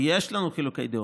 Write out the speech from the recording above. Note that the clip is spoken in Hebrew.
ויש לנו חילוקי דעות,